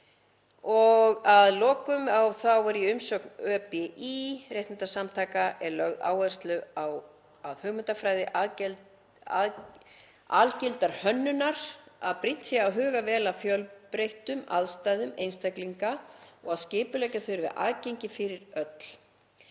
Að lokum þá er í umsögn ÖBÍ réttindasamtaka lögð áhersla á hugmyndafræði algildrar hönnunar, að brýnt sé að huga vel að fjölbreyttum aðstæðum einstaklinga og að skipuleggja þurfi aðgengi fyrir öll.